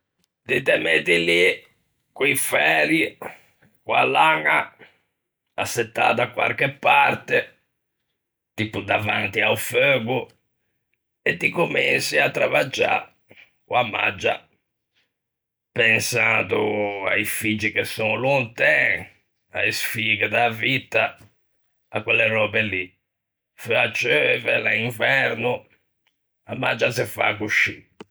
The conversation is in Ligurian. Ti te metti lì co-i færi e co-a laña, assettâ da quarche parte, tipo davanti a-o feugo e ti comensi à travaggiâ co-a maggia, pensando a-i figgi che son lonten, a-e sfighe da vitta, à quelle röbe lì, feua ceuve, l'é inverno, a maggia a se fa coscì.